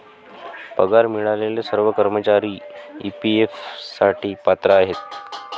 पगार मिळालेले सर्व कर्मचारी ई.पी.एफ साठी पात्र आहेत